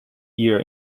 ear